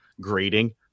grading